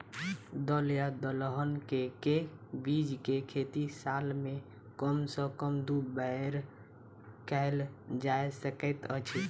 दल या दलहन केँ के बीज केँ खेती साल मे कम सँ कम दु बेर कैल जाय सकैत अछि?